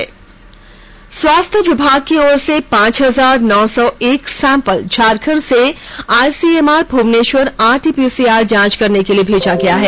स्वास्थ्य विभाग की ओर से पांच हजार नौ सौ एक सैंपल झारखंड से आईसीएमआर भुवनेश्वर आरटी पीसीआर जांच करने के लिए भेजा गया है